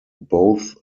both